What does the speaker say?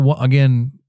again